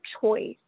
choice